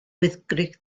wyddgrug